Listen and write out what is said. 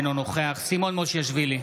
אינו נוכח סימון מושיאשוילי,